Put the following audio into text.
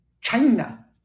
China